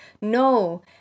No